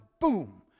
boom